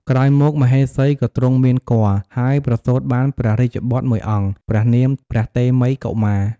ក្រោយមក មហេសីក៏ទ្រង់មានគភ៌ ហើយប្រសូតបានព្រះរាជបុត្រមួយអង្គ ព្រះនាម ព្រះតេមិយកុមារ។